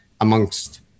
amongst